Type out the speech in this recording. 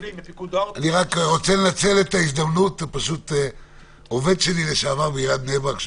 אני רוצה לנצל את ההזדמנות ולומר שעובד שלי לשעבר בעיריית בני ברק,